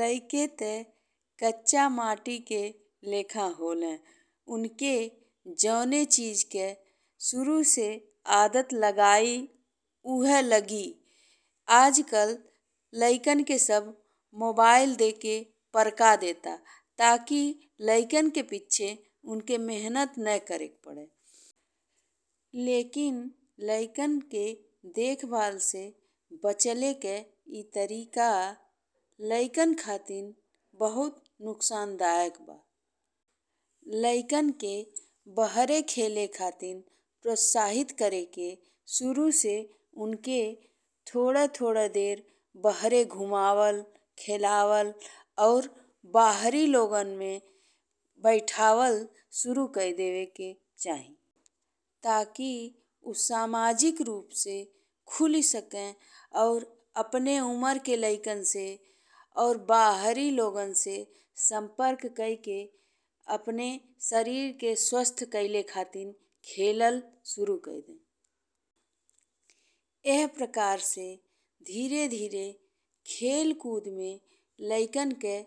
लइके ते कच्चा माटी के लेखा होले। उनके जऊन चीज़ के सुरू से आदत लगाई उहे लागि। आजकल लइकन के सब मोबाइल दे के पर्का deta ताकि लइकन के पिच्छे उनके मेहनत ने करेके पड। लेकिन लइकन के देखभाल से बचेले के ई तरीका लइकन खाती बहुत नुकसंदायक बा। लइकन के बाहर खेले खातिर प्रोत्साहित करेके सुरू से उनके थोड़े थोड़े देर बाहर घुमाावल खेलेल और बाहर लोगन में बैठावल सुरू कई देवेके चाही। ताकि उ सामाजिक रूप से खुली सके और अपने उमर के लइकन से और बाहरी लोगन से संपर्क कई के अपने सरीर के स्वास्थ खातिर खेलेल सुरू कई दे। एह प्रकार से धीरे धीरे खेल कूद में लइकन के